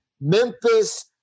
Memphis